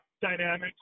dynamics